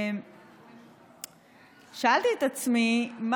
ושאלתי את עצמי,